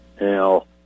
now